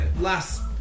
last